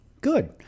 Good